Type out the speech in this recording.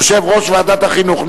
יושב-ראש ועדת החינוך.